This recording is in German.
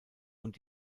und